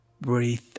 Breathe